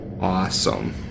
Awesome